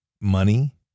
money